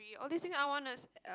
all these things I wanna